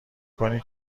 کنی